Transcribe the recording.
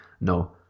No